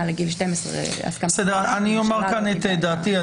אני אומר כאן את דעתי.